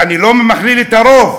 אני לא מכליל את הרוב,